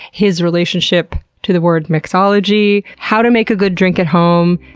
his relationship to the word, mixology, how to make a good drink at home,